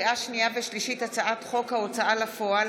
הצעת חוק ההוצאה לפועל